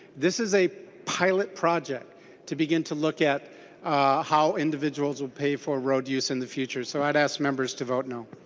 this is a pilot project to begin to look at how individuals will pay for road use in the future. so ask members to vote no.